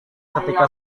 ketika